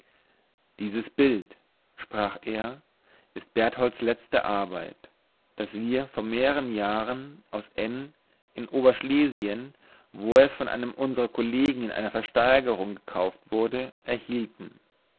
dieses bild sprach er ist bertholds letzte arbeit das wir vor mehreren jahren aus n in oberschlesien wo es von einem unserer kollegen in einer versteigerung gekauft wurde erhielten